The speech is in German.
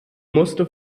musste